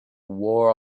war